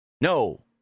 No